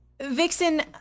Vixen